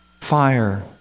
fire